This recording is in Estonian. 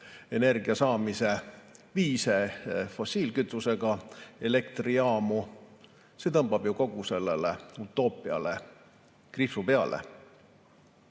energia saamise viise, fossiilkütusega elektrijaamu. See tõmbab ju kogu sellele utoopiale kriipsu peale.